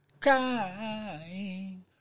crying